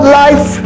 life